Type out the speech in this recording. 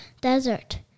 desert